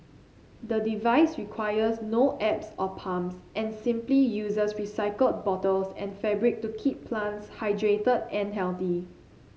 the device requires no apps or pumps and simply uses recycled bottles and fabric to keep plants hydrated and healthy